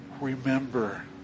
remember